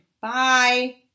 Bye